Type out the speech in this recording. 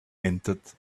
entered